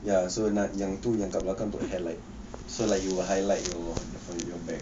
ya so nak yang tu yang dekat belakang tu highlight so like you will highlight your back